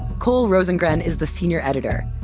cole rosengren is the senior editor.